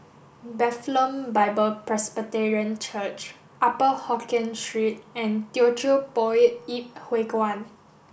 Bethlehem Bible Presbyterian Church Upper Hokkien Street and Teochew Poit Ip Huay Kuan